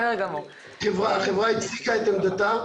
החברה הציגה את עמדתה,